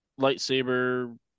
lightsaber